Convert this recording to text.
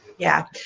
yeah,